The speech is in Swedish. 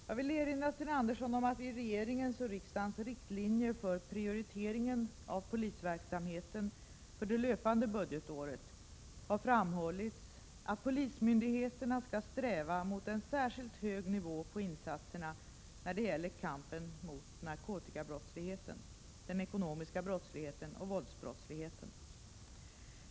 Jag vill erinra Sten Andersson om att det i regeringens och riksdagens riktlinjer för prioriteringen av polisverksamheten för det löpande budgetåret har framhållits att polismyndigheterna skall sträva mot en särskilt hög nivå på insatserna när det gäller kampen mot narkotikabrottsligheten, den ekonomiska brottsligheten och våldsbrottsligheten.